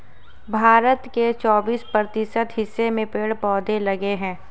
भारत के चौबिस प्रतिशत हिस्से में पेड़ पौधे लगे हैं